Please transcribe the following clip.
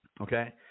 Okay